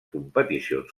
competicions